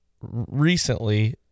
recently